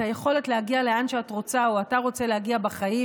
את היכולת להגיע לאן שאת רוצה או אתה רוצה להגיע בחיים.